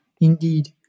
indeed